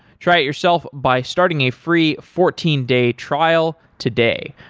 try it yourself by starting a free fourteen day trial today.